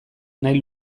nahi